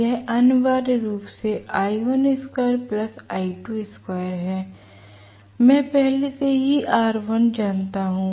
यह अनिवार्य रूप से है l मैं पहले से ही R1जानता हूँ